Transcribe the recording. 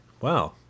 Wow